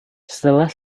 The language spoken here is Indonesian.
setelah